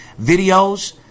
videos